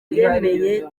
wabyemeye